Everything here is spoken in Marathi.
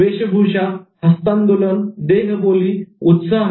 वेशभूषा हस्तांदोलन देहबोली उत्साह